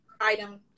item